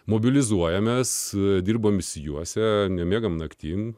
mobilizuoja mes dirbome išsijuosę nemiegame naktim